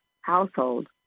household